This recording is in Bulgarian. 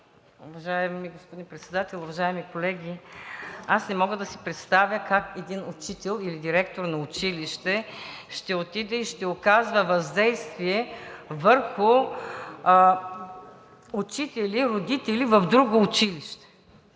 Уважаеми господин Председател, уважаеми колеги! Аз не мога да си представя как един учител или директор на училище ще отиде и ще оказва въздействие върху учители, родители в друго училище?